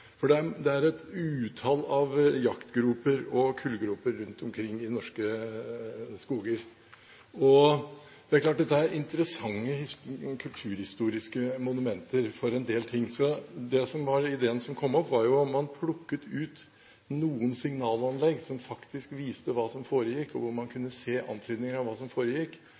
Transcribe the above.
Det er et utall av jaktgroper og kullgroper rundt omkring i norske skoger. Det er klart at dette er interessante kulturhistoriske monumenter for en del ting. Ideen som kom opp, var at man plukket ut noen signalanlegg som faktisk viste hva som foregikk – hvor man kunne se antydninger av hva som foregikk